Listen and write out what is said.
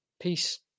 peace